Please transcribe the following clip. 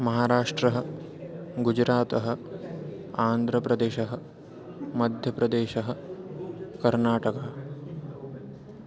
महाराष्ट्रः गुजरातः आन्ध्रप्रदेशः मध्यप्रदेशः कर्णाटकः